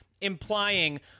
implying